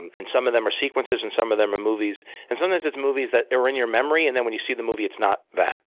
and some of them are sequences, and some of them are movies. and sometimes it's movies that are in your memory, and then when you see the movie, it's not that.